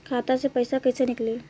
खाता से पैसा कैसे नीकली?